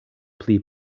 pli